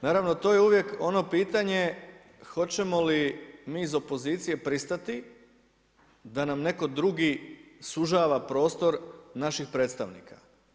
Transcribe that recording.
Naravno to je uvijek ono pitanje hoćemo li mi iz opozicije pristati da nam netko drugi sužava prostor naših predstavnika.